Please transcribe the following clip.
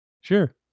sure